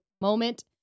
moment